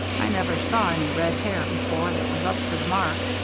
i never saw any red hair before that was up to the mark.